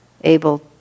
able